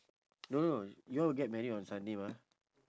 no you all will get married on sunday mah